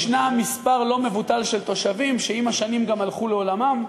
מספר לא מבוטל של תושבים עם השנים גם הלכו לעולמם.